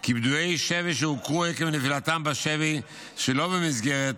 כי פדויי שבי שהוכרו עקב נפילתם בשבי שלא במסגרת